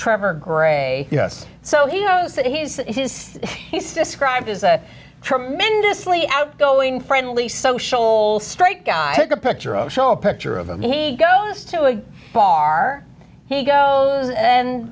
trevor gray yes so he knows that he's described is that tremendously outgoing friendly social straight guy the picture of show a picture of him he goes to a bar he goes and